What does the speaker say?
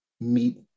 meet